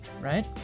right